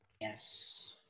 Yes